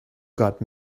got